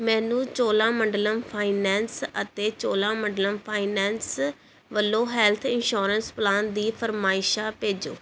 ਮੈਨੂੰ ਚੋਲਾਮੰਡਲਮ ਫਾਈਨੈਂਸ ਅਤੇ ਚੋਲਾਮੰਡਲਮ ਫਾਈਨੈਂਸ ਵੱਲੋ ਹੈੱਲਥ ਇੰਸੂਰੈਂਸ ਪਲਾਨ ਦੀ ਫਰਮਾਇਸ਼ਾਂ ਭੇਜੋ